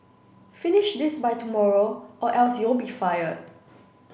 finish this by tomorrow or else you'll be fired